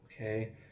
Okay